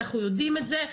אנחנו יודעים את זה.